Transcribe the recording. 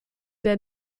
der